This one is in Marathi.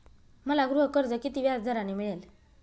मला गृहकर्ज किती व्याजदराने मिळेल?